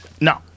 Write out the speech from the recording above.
No